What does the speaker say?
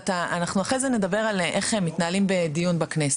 אבל אחרי זה נדבר על איך מתנהלים בדיון בכנסת.